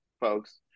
folks